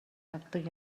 авдаг